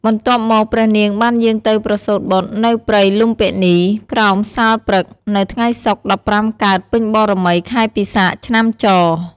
បន្ទាប់មក ព្រះនាងបានយាងទៅប្រសូតបុត្រនៅព្រៃលុម្ពិនី ក្រោមសាលព្រឹក្ស នៅថ្ងៃសុក្រ ១៥ កើតពេញបូណ៌មី ខែពិសាខ ឆ្នាំច។